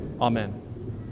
amen